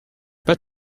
pas